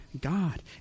God